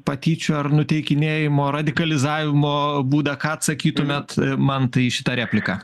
patyčių ar nuteikinėjimo radikalizavimo būdą ką atsakytumėt mantai į šitą repliką